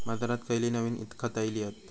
बाजारात खयली नवीन खता इली हत?